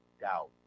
doubt